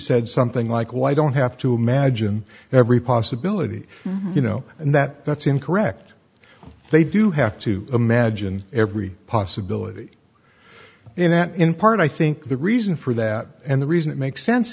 said something like why i don't have to imagine every possibility you know and that that's incorrect they do have to imagine every possibility and that in part i think the reason for that and the reason it makes sense